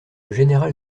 général